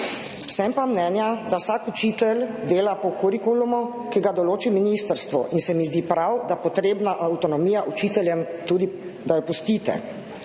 menim pa, da vsak učitelj dela po kurikulumu, ki ga določi ministrstvo, in se mi zdi prav, da potrebno avtonomijo učiteljev tudi pustite.